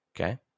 Okay